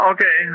Okay